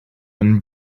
and